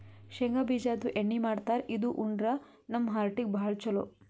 ಶೇಂಗಾ ಬಿಜಾದು ಎಣ್ಣಿ ಮಾಡ್ತಾರ್ ಇದು ಉಂಡ್ರ ನಮ್ ಹಾರ್ಟಿಗ್ ಭಾಳ್ ಛಲೋ